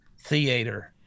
theater